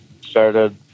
started